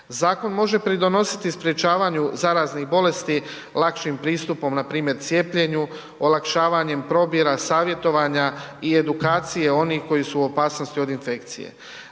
Zakon može pridonositi sprečavanju zaraznih bolesti lakšim pristupom npr. cijepljenju, olakšavanjem probira, savjetovanja i edukacije onih koji su u opasnosti od infekcije.